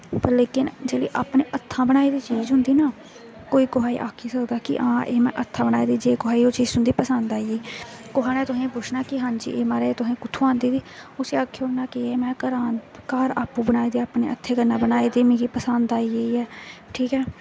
लेकिन जेह्ड़ी अपने हत्थें बनाई दी चीज होंदी ना कोई कुसै गी आक्खी सकदा कि हां एह् में हत्थें बनाई दी जे कुसै गी ओह् चीज़ तुं'दी कुसा गी पसंद आई गेई कुसा ने तुसेंगी पुच्छना कि हां जी एह् महाराज तुसें कु'त्थू आंदी दी उसी आक्खी ओड़ना कि एह् में घरा घर आपूं बनाई दी अपने हत्थें कन्नै बनाई दी मिगी पसंद आई गेई ऐ ठीक ऐ